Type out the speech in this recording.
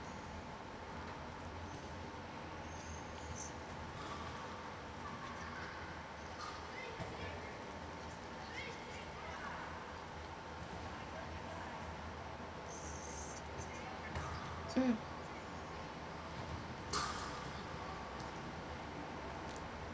mm